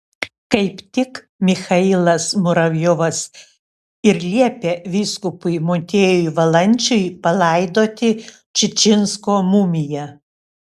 kaip tik michailas muravjovas ir liepė vyskupui motiejui valančiui palaidoti čičinsko mumiją